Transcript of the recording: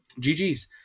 GG's